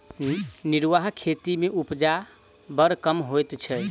निर्वाह खेती मे उपजा बड़ कम होइत छै